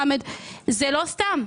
חמד זה לא סתם.